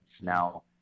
Now